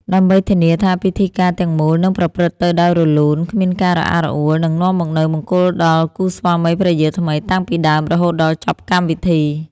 ដើម្បីធានាថាពិធីការទាំងមូលនឹងប្រព្រឹត្តទៅដោយរលូន គ្មានការរអាក់រអួល និងនាំមកនូវមង្គលដល់គូស្វាមីភរិយាថ្មីតាំងពីដើមរហូតដល់ចប់កម្មវិធី។